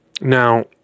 Now